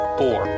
four